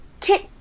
Kit